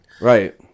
right